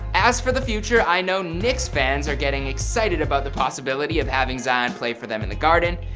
as for the future, i know knicks fans are getting excited about the possibility of having zion play for them in the garden.